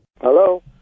hello